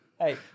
Hey